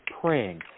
praying